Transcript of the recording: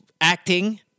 acting